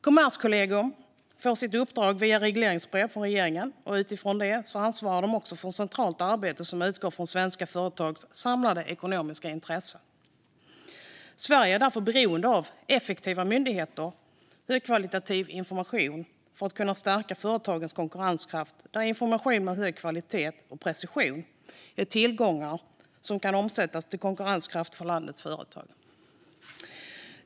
Kommerskollegium får sitt uppdrag via regleringsbrev från regeringen. Utifrån det ansvarar de också för centralt arbete som utgår från svenska företags samlade ekonomiska intresse. Sverige är därför beroende av effektiva myndigheter och högkvalitativ information för att kunna stärka företagens konkurrenskraft, där information med hög kvalitet och precision är tillgångar som kan omsättas till konkurrenskraft för landets företag.